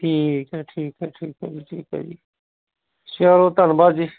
ਠੀਕ ਹੈ ਠੀਕ ਹੈ ਠੀਕ ਹੈ ਜੀ ਠੀਕ ਹੈ ਜੀ ਚਲੋ ਧੰਨਵਾਦ ਜੀ